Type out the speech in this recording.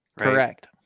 Correct